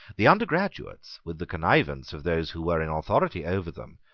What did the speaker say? the undergraduates, with the connivance of those who were in authority over them,